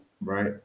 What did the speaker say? Right